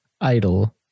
idle